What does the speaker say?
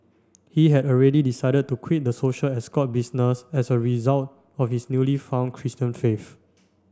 he had already decided to quit the social escort business as a result of his newly found Christian faith